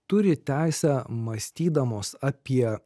turi teisę mąstydamos apie